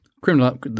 criminal